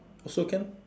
so can